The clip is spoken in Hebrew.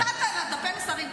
דפי מסרים.